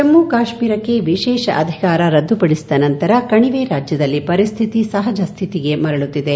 ಜಮ್ಮ ಕಾಶ್ವೀರಕ್ಷೆ ವಿಶೇಷ ಅಧಿಕಾರ ರದ್ದುಪಡಿಸಿದ ನಂತರ ಕಣಿವೆ ರಾಜ್ಲದಲ್ಲಿ ಪರಿಸ್ತಿತಿ ಸಹಜ ಸ್ನಿತಿಗೆ ಮರುಳುತ್ತಿದೆ